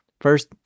First